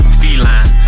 feline